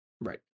right